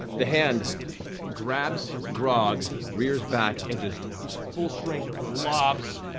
the hand grabs grog, rears back, and just full strength, lobs